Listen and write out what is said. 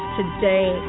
today